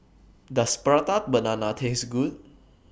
Does Prata Banana Taste Good